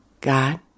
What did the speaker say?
God